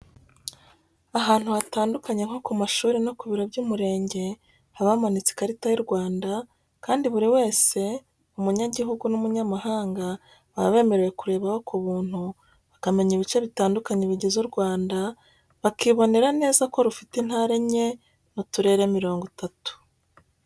Ahantu hatandukanye, nko ku mashuri no ku biro by'umurenge, haba hamanitse ikarita y'u Rwanda kandi buri wese, umunyagihugu n'umunyamahanga, baba bemerewe kurebaho ku buntu bakamenya ibice bitandukanye bigize u Rwanda, bakibonera neza ko rufite intara enye n'uturere mirongo itatu.